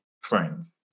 friends